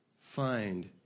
find